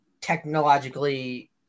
technologically